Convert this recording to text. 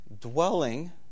Dwelling